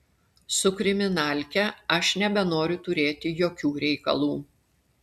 su kriminalke aš nebenoriu turėti jokių reikalų